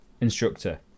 instructor